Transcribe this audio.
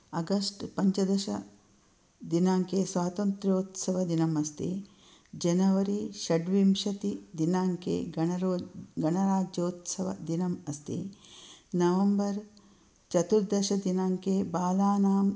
August पञ्चदशदिनाङ्के स्वातन्त्र्योत्सवदिनमस्ति जनवरि षड्विंशतिदिनाङ्के गणरो गणराज्योत्सवदिनम् अस्ति नवेम्बर् चतुर्दशदिनाङ्के बालानां